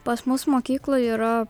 pas mus mokykloje yra